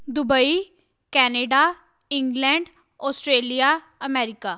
Dubai Canada England Australia America